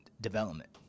development